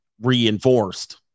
reinforced